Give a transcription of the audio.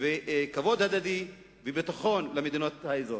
וכבוד הדדי וביטחון למדינות האזור.